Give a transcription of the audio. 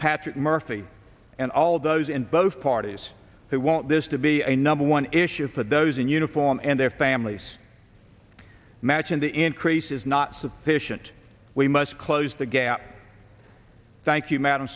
patrick murphy and all those in both parties who want this to be a number one issue for those in uniform and their families matching the increase is not sufficient we must close the gap thank you m